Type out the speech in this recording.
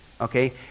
okay